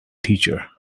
teacher